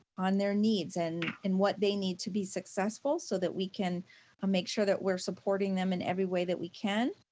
on their needs and and what they need to be successful so that we can um make sure that we're supporting them in every way that we can.